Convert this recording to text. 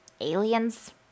aliens